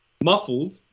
muffled